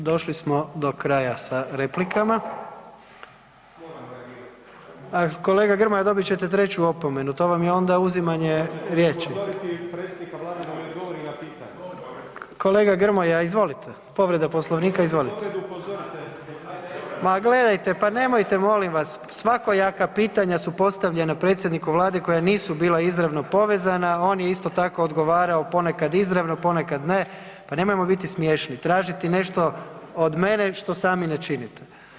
Došli smo do kraja sa replikama, kolega Grmoja dobit ćete 3 opomenu to vam je onda uzimanje riječi [[Upadica: Hoćete li upozoriti predsjednika Vlade da mi odgovori na pitanje?]] kolega Grmoja izvolite, povreda Poslovnika, izvolite [[Upadica: Neću povredu, upozorite, upozorite.]] ma gledajte pa nemojte molim vas, svakojaka pitanja su postavljena predsjedniku Vlade koja nisu bila izravno povezana, on je isto tako odgovarao ponekad izravno, ponekad ne, pa nemojmo biti smiješni tražiti nešto od mene što sami ne činite.